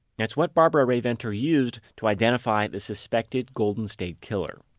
and it's what barbara rae venter used to identify the suspected golden state killer.